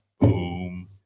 Boom